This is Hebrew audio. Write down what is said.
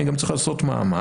אני גם צריך לעשות מאמץ,